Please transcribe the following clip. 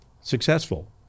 successful